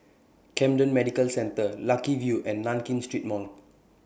Camden Medical Centre Lucky View and Nankin Street Mall